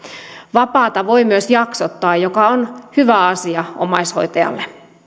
vapaata voi myös jaksottaa mikä on hyvä asia omaishoitajalle